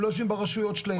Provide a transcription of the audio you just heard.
הם לא יושבים ברשויות שלהם,